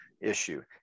issue